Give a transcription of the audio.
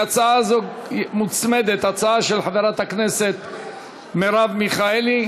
להצעה זו מוצמדת הצעה של חברת הכנסת מרב מיכאלי.